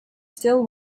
still